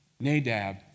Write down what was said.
Nadab